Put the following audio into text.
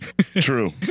True